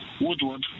Woodward